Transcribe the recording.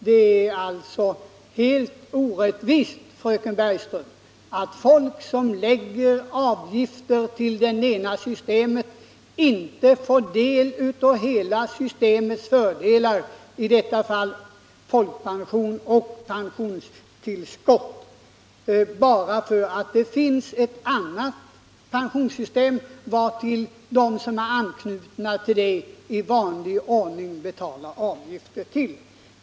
Det är alltså helt orättvist att människor som betalar avgifter till det ena systemet inte får del av hela systemets fördelar — i detta fall folkpension och pensionstillskott — bara därför att det finns ett annat pensionssystem till vilket de anknutna i vanlig ordning betalar avgifter.